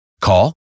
Call